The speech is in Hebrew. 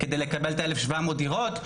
כדי לקבל את ה-1700 דירות,